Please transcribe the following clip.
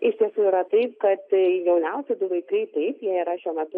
iš tiesų yra taip kad jauniausi du vaikai taip jie yra šiuo metu